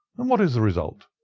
and what is the result?